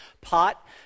pot